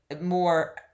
more